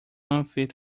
unfit